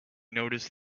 noticed